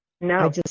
No